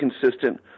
consistent